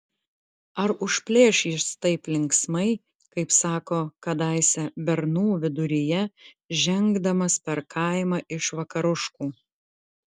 ar užplėš jis taip linksmai kaip sako kadaise bernų viduryje žengdamas per kaimą iš vakaruškų